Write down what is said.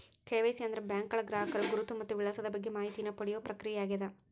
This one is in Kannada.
ಕೆ.ವಾಯ್.ಸಿ ಅಂದ್ರ ಬ್ಯಾಂಕ್ಗಳ ಗ್ರಾಹಕರ ಗುರುತು ಮತ್ತ ವಿಳಾಸದ ಬಗ್ಗೆ ಮಾಹಿತಿನ ಪಡಿಯೋ ಪ್ರಕ್ರಿಯೆಯಾಗ್ಯದ